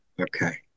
Okay